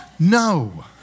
No